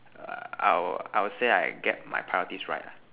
err I will say like get my priorities right ah